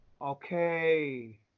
Okay